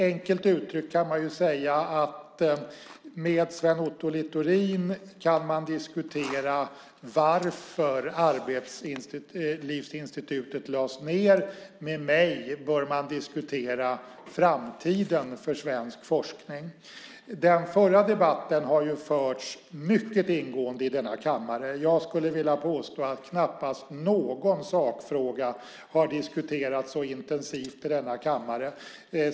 Enkelt uttryckt kan man säga att med Sven Otto Littorin kan man diskutera varför Arbetslivsinstitutet lades ned. Med mig bör man diskutera framtiden för svensk forskning. Den förra debatten har förts mycket ingående i denna kammare. Jag skulle vilja påstå att knappast någon sakfråga har diskuterats så intensivt i denna kammare.